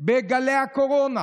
בגלי הקורונה,